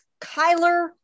Kyler